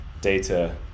data